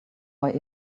our